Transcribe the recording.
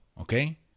Okay